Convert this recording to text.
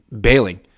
bailing